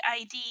ID